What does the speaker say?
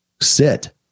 sit